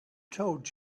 told